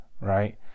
right